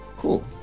Cool